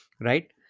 right